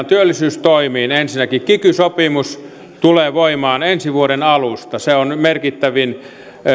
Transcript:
työllisyystoimiin ensinnäkin kiky sopimus tulee voimaan ensi vuoden alusta se on merkittävin